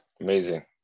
amazing